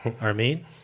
Armin